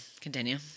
continue